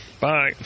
Bye